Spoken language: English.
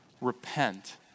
Repent